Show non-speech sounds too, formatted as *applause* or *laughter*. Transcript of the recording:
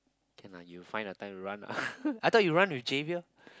can lah you will find the time to run lah *laughs* I thought you run with Javier